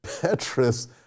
Petrus